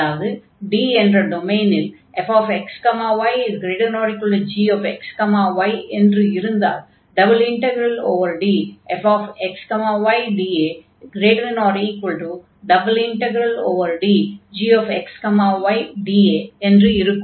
அதாவது D என்ற டொமைனில் fxy≥gxy என்று இருந்தால் ∬DfxydA∬DgxydA என்று இருக்கும்